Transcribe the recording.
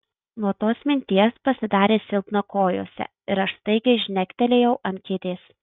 nuo tos minties pasidarė silpna kojose ir aš staigiai žnektelėjau ant kėdės